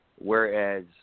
Whereas